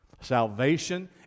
Salvation